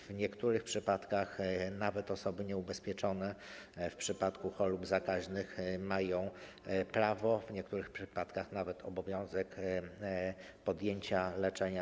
W niektórych przypadkach nawet osoby nieubezpieczone w przypadku chorób zakaźnych mają prawo, w niektórych przypadkach nawet obowiązek, podjęcia leczenia.